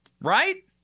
right